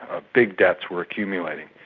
ah big debts were accumulating.